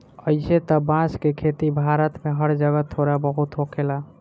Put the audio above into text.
अइसे त बांस के खेती भारत में हर जगह थोड़ा बहुत होखेला